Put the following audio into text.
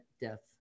death